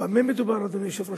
במה מדובר, אדוני היושב-ראש?